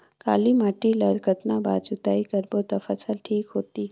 काली माटी ला कतना बार जुताई करबो ता फसल ठीक होती?